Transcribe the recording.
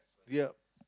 ya